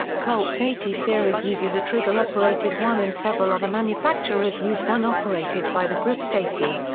colt's eighty series uses a trigger operated one and several other manufacturers use one operated by the grip safety.